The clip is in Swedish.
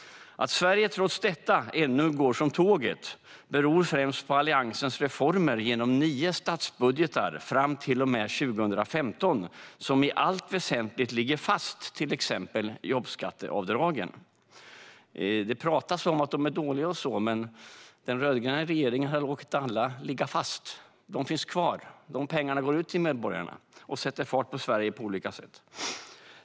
Att Sverige trots detta ännu går som tåget beror främst på Alliansens reformer genom nio statsbudgetar fram till och med 2015. I allt väsentligt ligger dessa reformer fast, till exempel jobbskatteavdragen. Det pratas om att de är dåliga och så, men den rödgröna regeringen har låtit alla ligga fast. De finns kvar, och de pengarna går ut till medborgarna och sätter fart på Sverige på olika sätt.